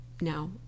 now